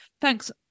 Thanks